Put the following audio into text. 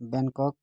Bangkok